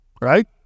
right